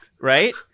Right